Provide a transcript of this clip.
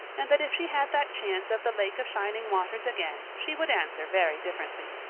and that if she had that chance of the lake of shining waters again she would answer very differently.